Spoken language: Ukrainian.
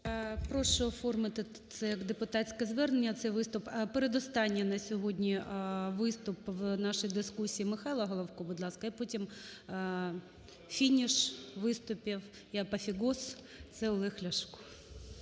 Прошу оформити це як депутатське звернення, цей виступ. Передостанній на сьогодні виступ в нашій дискусії Михайла Головко, будь ласка. І потім фініш виступів і апофеоз – це Олег Ляшко.